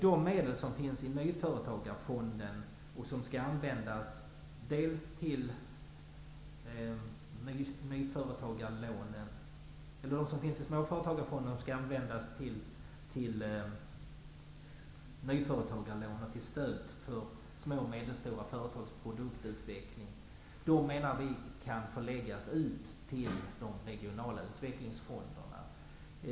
De medel som finns i Småföretagsfonden och som skall användas till nyföretagarlånen och till stöd för små och medelstora företags produktutveckling kan, menar vi, förläggas ut till de regionala utvecklingsfonderna.